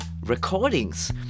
recordings